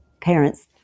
parents